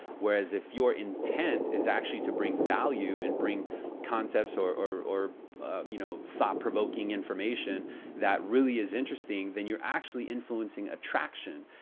whereas if your intent is actually to bring value and bring concepts or or you know, thought-provoking information that really is interesting then you're actually influencing attraction.